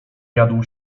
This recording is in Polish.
jadł